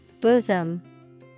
Bosom